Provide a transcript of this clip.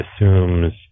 assumes